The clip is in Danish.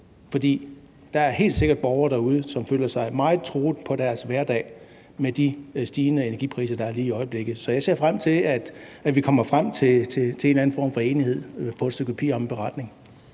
der er helt sikkert borgere derude, som føler sig meget truede på deres hverdag med de stigende energipriser, der er lige i øjeblikket. Så jeg ser frem til, at vi kommer frem til en eller anden form for enighed om en beretning